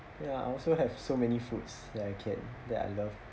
ya I also have so many foods that I can that I love